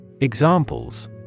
Examples